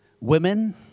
women